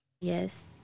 Yes